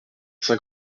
cent